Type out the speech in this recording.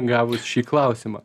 gavus šį klausimą